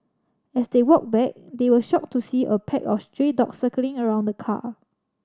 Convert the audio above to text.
as they walked back they were shocked to see a pack of stray dogs circling around the car